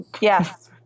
yes